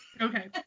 Okay